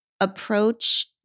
approach